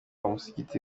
umusigiti